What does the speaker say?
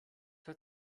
hört